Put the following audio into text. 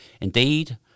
Indeed